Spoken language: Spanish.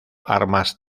armas